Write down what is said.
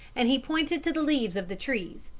and he pointed to the leaves of the trees,